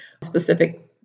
specific